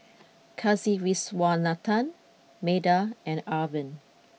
Kasiviswanathan Medha and Arvind